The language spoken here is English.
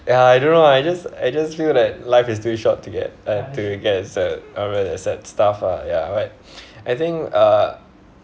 ya I don't know ah I just I just feel that life is too short to get uh to get sad over the sad stuff ah ya but I think uh